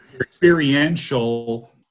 experiential